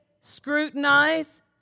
scrutinize